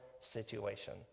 situation